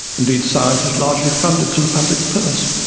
indeed science is largely funded through the public purse,